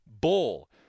bowl